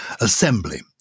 assembly